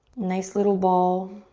nice little ball.